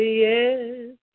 yes